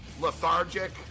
lethargic